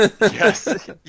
Yes